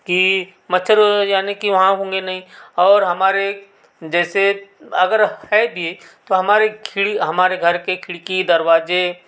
कि मच्छर हो यानी की वहाँ होंगे नहीं और हमारे जैसे अगर है भी तो हमारे खिड़ हमारे घर के खिड़की दरवाज़े